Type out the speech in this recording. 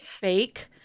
fake